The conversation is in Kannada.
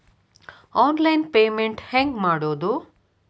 ಆನ್ಲೈನ್ ಪೇಮೆಂಟ್ ಹೆಂಗ್ ಮಾಡೋದು?